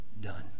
done